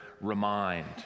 remind